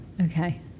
Okay